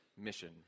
mission